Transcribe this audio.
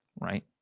Right